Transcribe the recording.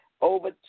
Over